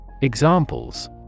Examples